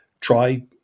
try